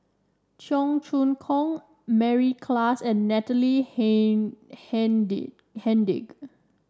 Cheong Choong Kong Mary Klass and Natalie Hennedige